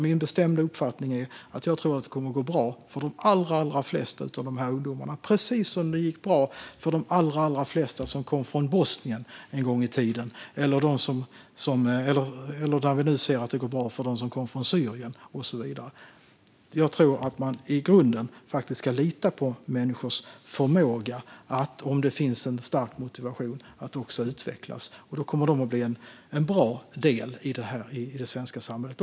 Min bestämda uppfattning är att det kommer att gå bra för de allra flesta av de här ungdomarna, precis som det gick bra för de allra flesta som kom från Bosnien en gång i tiden och för dem som nu kommer från Syrien och så vidare. Jag tror att man i grunden ska lita på människors förmåga att utvecklas om det finns en stark motivation. Då kommer de här killarna och tjejerna att bli en bra del i det svenska samhället.